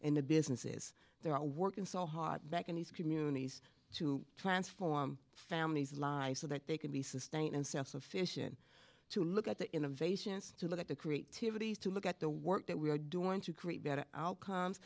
and the businesses there are working so hard back in these communities to transform families lives so that they can be sustained and self sufficient to look at the innovations to look at the creativity to look at the work that we are doing to create better outcomes